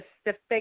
specific